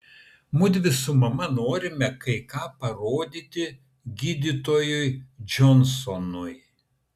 mudvi su mama norime kai ką parodyti gydytojui džonsonui